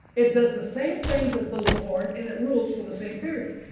it does the same things as the little horn and it rules for the same period.